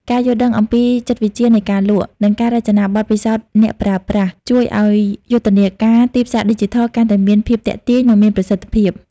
ការយល់ដឹងអំពីចិត្តវិទ្យានៃការលក់ និងការរចនាបទពិសោធន៍អ្នកប្រើប្រាស់ ជួយឱ្យយុទ្ធនាការទីផ្សារឌីជីថលកាន់តែមានភាពទាក់ទាញ និងមានប្រសិទ្ធភាព។